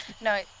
No